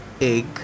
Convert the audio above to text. egg